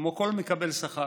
כמו כל מקבל שכר.